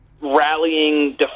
rallying